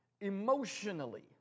emotionally